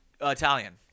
Italian